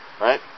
Right